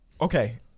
okay